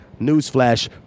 newsflash